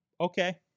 Okay